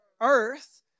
earth